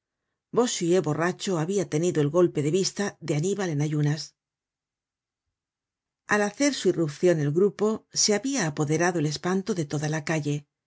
y al descubierto bossuetborrachohabia tenido el golpe de vista de annibal en a r unas al hacer su irrupcion el grupo se habia apoderado el espanto de toda la calle